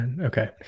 Okay